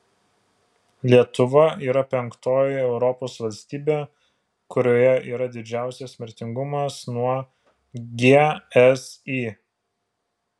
lietuva yra penktoji europos valstybė kurioje yra didžiausias mirtingumas nuo gsi